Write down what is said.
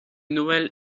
noel